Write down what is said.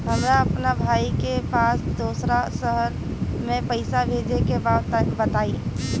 हमरा अपना भाई के पास दोसरा शहर में पइसा भेजे के बा बताई?